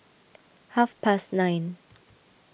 half past nine